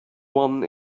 one